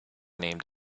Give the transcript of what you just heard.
named